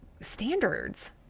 standards